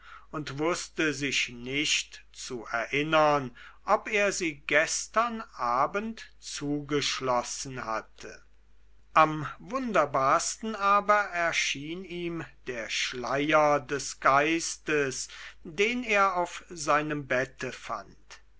und wußte sich nicht zu erinnern ob er sie gestern abend zugeschlossen hatte am wunderbarsten aber erschien ihm der schleier des geistes den er auf seinem bette fand